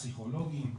פסיכולוגים,